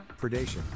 predation